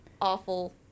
awful